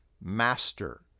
Master